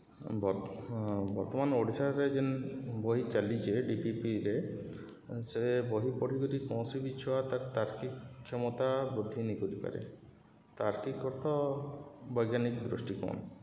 ବର୍ତ୍ତମାନ୍ ଓଡ଼ିଶାରେ ଯେନ୍ ବହି ଚାଲିଚେ ଡିପିଇପିରେ ସେ ବହି ପଢ଼ିକରି କୌଣସି ବି ଛୁଆ ତାର୍ ତାର୍କିକ କ୍ଷମତା ବୃଦ୍ଧି ନିକରିପାରେ ତାର୍କିକ ଅର୍ଥ ବୈଜ୍ଞାନିକ ଦୃଷ୍ଟି କୋଣ